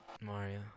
Mario